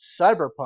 Cyberpunk